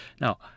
Now